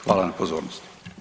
Hvala na pozornosti.